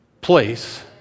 place